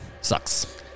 sucks